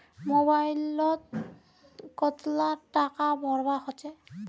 Mobile लोत कतला टाका भरवा होचे?